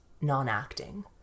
non-acting